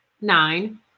Nine